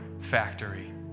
factory